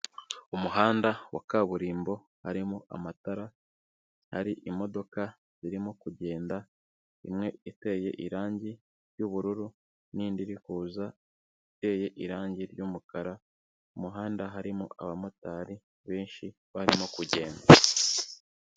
Umuhanda wa kaburimbo harimo amatara hari imodoka zirimo kugenda, imwe iteye irangi ry'ubururu n'indi iri kuza, iteye irangi ry'umukara ku muhanda harimo abamotari benshi barimo kugenda.